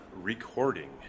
recording